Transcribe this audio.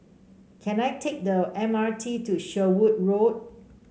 can I take the M R T to Sherwood Road